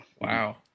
Wow